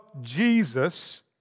Jesus